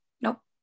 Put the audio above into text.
Nope